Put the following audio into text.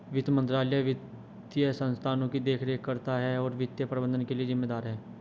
वित्त मंत्रालय वित्तीय संस्थानों की देखरेख करता है और वित्तीय प्रबंधन के लिए जिम्मेदार है